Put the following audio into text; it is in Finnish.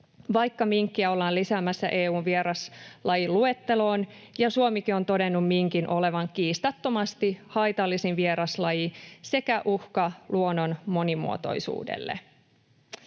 vaikka minkkiä ollaan lisäämässä EU:n vieraslajiluetteloon ja Suomikin on todennut minkin olevan kiistattomasti haitallisin vieraslaji sekä uhka luonnon monimuotoisuudelle.